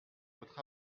votre